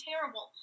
terrible